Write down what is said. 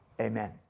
Amen